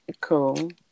Cool